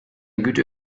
güter